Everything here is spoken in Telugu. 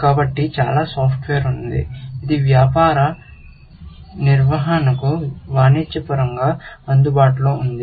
కాబట్టి చాలా సాఫ్ట్వేర్ ఉంది ఇది వ్యాపార నిర్వహణకు వాణిజ్యపరంగా అందుబాటులో ఉంది